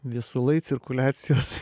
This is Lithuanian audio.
viesulai cirkuliacijos